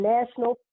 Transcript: National